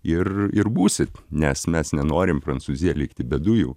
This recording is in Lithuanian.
ir ir būsit nes mes nenorim prancūzija likti be dujų